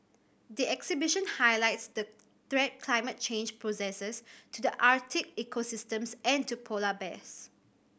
the exhibition highlights the threat climate change poses to the Arctic ecosystems and to polar bears